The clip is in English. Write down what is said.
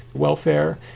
welfare,